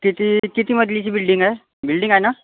किती किती मजलीची बिल्डिंग आहे बिल्डिंग आहे ना